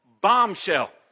bombshell